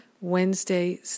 Wednesday